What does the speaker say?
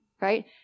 right